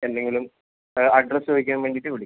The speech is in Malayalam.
എന്തെങ്കിലും അഡ്രസ്സ് ചോദിക്കാൻ വേണ്ടിയിട്ട് വിളിക്കും